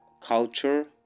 culture